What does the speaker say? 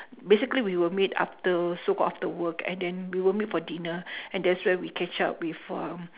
basically we will meet after so-called after work and then we will meet for dinner and that's where we catch up with um